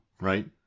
right